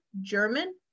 German